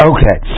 Okay